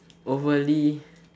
overly